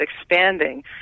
expanding